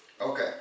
Okay